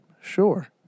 Sure